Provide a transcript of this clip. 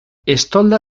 estolda